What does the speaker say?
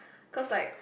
cause like